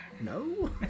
No